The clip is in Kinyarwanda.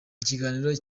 ikiganiro